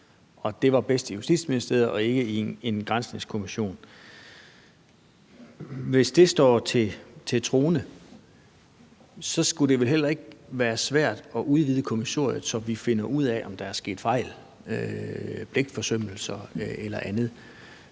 Og det var bedst i Justitsministeriet og ikke i en granskningskommission. Hvis det står til troende, skulle det vel heller ikke være svært at udvide kommissoriet, så vi finder ud af, om der er sket fejl, pligtforsømmelser eller andet.